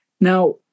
Now